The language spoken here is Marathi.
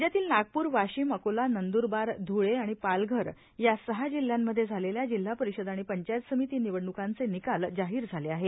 राज्यातील नागपूर वाशिम अकोला नंदूरबार धुळे आणि पालघर या सहा जिल्ह्यांमध्ये झालेल्या जिल्हा परिषद आणि पंचायत समिती निवडणुकांचे निकाल जाहीर झाले आहे